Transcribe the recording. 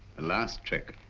the last trick.